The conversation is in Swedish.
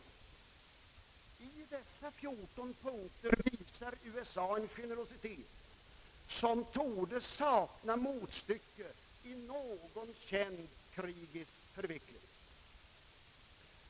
I dessa fjorton punkter visar USA en generositet, som torde sakna motstycke i någon känd krigisk förveckling.